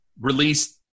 released